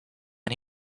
and